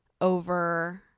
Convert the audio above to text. over